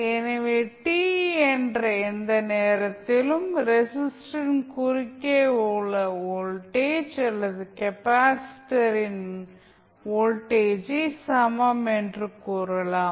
எனவே t என்ற எந்த நேரத்திலும் ரெஸிஸ்டரின் குறுக்கே உள்ள வோல்டேஜ் அல்லது கெப்பாசிட்டரின் வோல்டேஜை சமம் என்று கூறலாம்